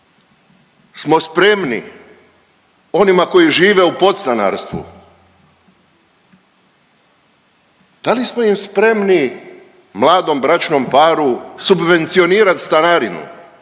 smo spremni onima koji žive u podstanarstvu, da li smo im spremni mladom bračnom paru subvencionirat stanarinu,